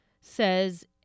says